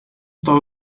toho